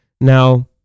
now